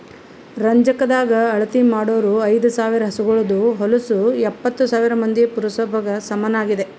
ರಂಜಕದಾಗ್ ಅಳತಿ ಮಾಡೂರ್ ಐದ ಸಾವಿರ್ ಹಸುಗೋಳದು ಹೊಲಸು ಎಪ್ಪತ್ತು ಸಾವಿರ್ ಮಂದಿಯ ಪುರಸಭೆಗ ಸಮನಾಗಿದೆ